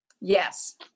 Yes